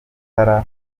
amatara